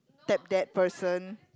tap that person